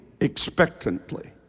expectantly